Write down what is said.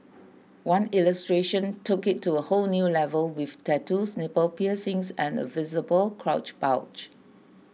one illustration took it to a whole new level with tattoos nipple piercings and a visible crotch bulge